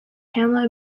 hamlet